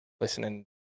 listening